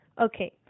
Okay